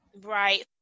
Right